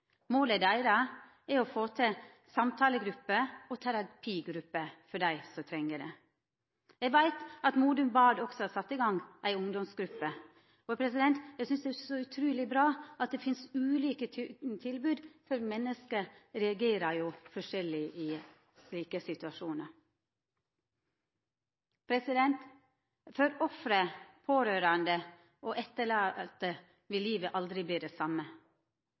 Målet deira er å få til samtalegrupper og terapigrupper for dei som treng det. Eg veit at Modum Bad også har sett i gang ei ungdomsgruppe. Eg synest det er så utruleg bra at det finst ulike tilbod, for menneske reagerer jo forskjellig i slike situasjonar. For offera, pårørande og etterlatne vil livet aldri verta det same.